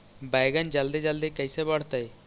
बैगन जल्दी जल्दी कैसे बढ़तै?